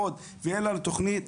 ואין לנו תוכנית,